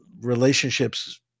relationships